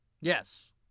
Yes